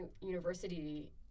university